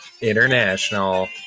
International